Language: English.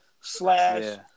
slash